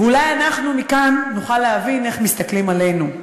ואולי אנחנו מכאן נוכל להבין איך מסתכלים עלינו.